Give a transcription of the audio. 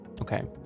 Okay